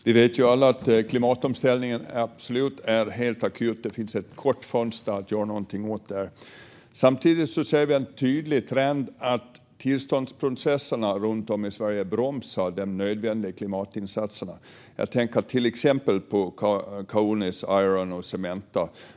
Fru talman! Vi vet alla att klimatomställningen absolut är helt akut; det finns ett kort fönster att göra något åt detta. Samtidigt ser vi den tydliga trenden att tillståndsprocesserna runt om i Sverige bromsar de nödvändiga klimatinsatserna. Jag tänker till exempel på Kaunis Iron och Cementa.